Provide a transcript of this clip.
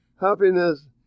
happiness